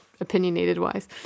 opinionated-wise